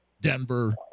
Denver